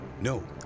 No